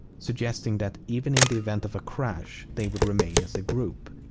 suggesting that even in the event of a crash, they would remain as a group.